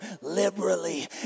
liberally